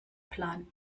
plan